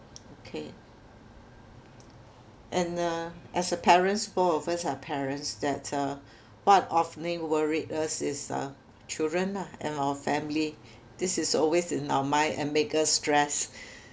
okay and uh as a parents both of us are parents that uh what often worried us is uh children ah and our family this is always in our mind and make us stress